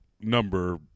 number